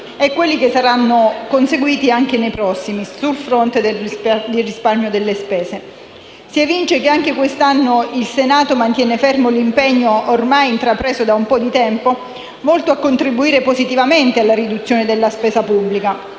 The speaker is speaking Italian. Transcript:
e quelli che saranno conseguiti anche nei prossimi sul fronte del risparmio delle spese. Da essi si evince che anche quest'anno il Senato mantiene fermo l'impegno, ormai intrapreso da un po' di tempo, volto a contribuire positivamente alla riduzione della spesa pubblica.